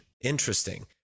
Interesting